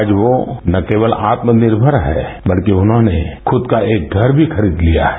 आज वो ना केवल आत्मनिर्मर है बल्कि उन्होंने खुद का एक घर भी खरीद लिया है